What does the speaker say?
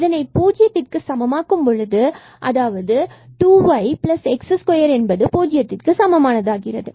இதனை பூஜ்ஜியத்திற்க்கு சமமாக்கும் பொழுது அதாவது 2yx2 பூஜ்ஜியத்திற்க்கு சமம் ஆகிறது